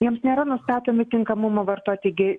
jiems nėra nustatomi tinkamumo vartoti gė